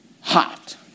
hot